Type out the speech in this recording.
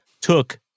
took